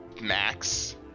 max